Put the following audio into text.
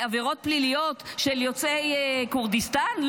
-- לעבירות פליליות של יוצאי כורדיסטן?